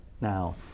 Now